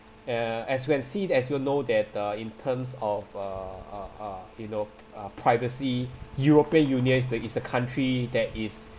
uh as you can see as you know that uh in terms of uh uh uh you know uh privacy european union is is a country that is